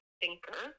thinker